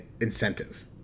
incentive